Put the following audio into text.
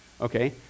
okay